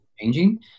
changing